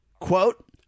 Quote